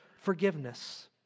forgiveness